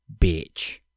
Bitch